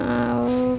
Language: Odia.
ଆଉ